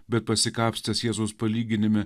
bet pasikapstęs jėzaus palyginime